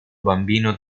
bambino